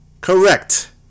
Correct